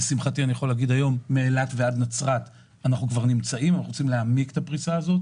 אנחנו נמצאים מאילת עד נצרת ורוצים להעמיק את הפריסה הזאת.